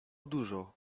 dużo